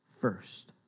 first